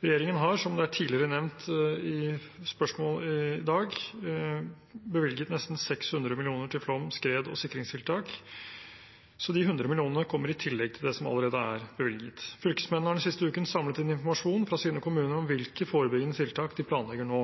Regjeringen har, som det er nevnt i forbindelse med et spørsmål tidligere i dag, bevilget nesten 600 mill. kr til flom-, skred- og sikringstiltak, så de 100 mill. kr kommer i tillegg til det som allerede er bevilget. Fylkesmennene har den siste uken samlet inn informasjon fra sine kommuner om hvilke forebyggende tiltak de planlegger nå.